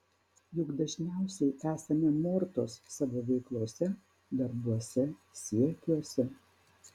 juk dažniausiai esame mortos savo veiklose darbuose siekiuose